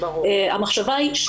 המחשבה היא,